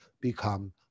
become